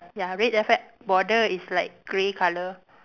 ya red then after that border is like grey colour